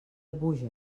búger